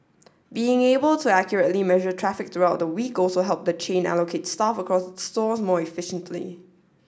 being able to accurately measure traffic throughout the week also helped the chain allocate staff across its stores more efficiently